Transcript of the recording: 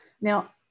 Now